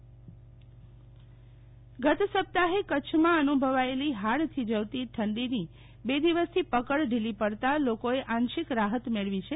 શીતલ વૈશ્નવ હવા માન ગત સપ્તાહે કચ્છમાં અનુભવાયેલી હાડ થીજાવતી ઠંડીની બે દિવસ થી પકડ ઢીલી પડતા લોકોએ આંશિક રાહત મેળવી છે